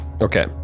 Okay